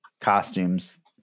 costumes